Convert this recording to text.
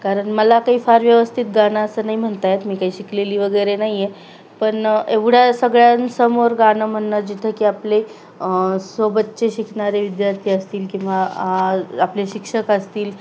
कारण मला काही फार व्यवस्थित गाणं असं नाही म्हणता येत मी काही शिकलेली वगैरे नाही आहे पण एवढ्या सगळ्यांसमोर गाणं म्हणणं जिथं की आपले सोबतचे शिकणारे विद्यार्थी असतील किंवा आपले शिक्षक असतील